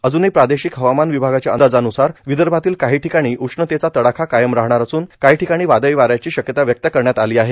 अजूनही प्रादेशिक हवामान विभागाच्या अंदाजान्सार विदर्भातील काही ठिकाणी उश्णतेचा तडाखा कायम राहणार असून काही ठिकाणी वादळी वाऱ्याची शक्यता व्यक्त करण्यात आली आहे